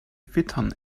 wittern